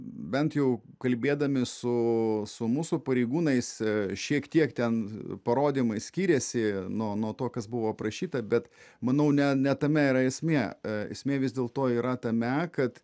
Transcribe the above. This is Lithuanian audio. bent jau kalbėdami su su mūsų pareigūnais šiek tiek ten parodymai skyrėsi nuo nuo to kas buvo aprašyta bet manau ne ne tame yra esmė esmė vis dėlto yra tame kad